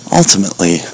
ultimately